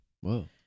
Whoa